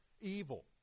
evil